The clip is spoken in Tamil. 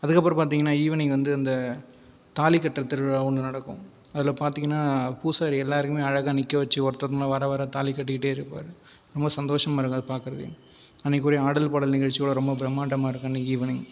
அதுக்கப்புறம் பார்த்தீங்கன்னா ஈவினிங் வந்து அந்த தாலிக் கட்டுகிற திருவிழா ஒன்று நடக்கும் அதில் பார்த்தீங்கன்னா பூசாரி எல்லாேருக்குமே அழகாக நிற்க வைச்சு ஒருத்த ஒருத்தவங்களா வர வர தாலி கட்டிகிட்டே இருப்பார் ரொம்ப சந்தோஷமாக இருக்கும் அதை பார்க்குறதே அன்றைக்கு கூட ஆடலும் பாடலும் நிகழ்ச்சி கூட ரொம்ப பிரமாண்டமாக இருக்கும் அன்றைக்கு ஈவினிங்